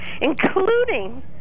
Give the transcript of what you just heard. including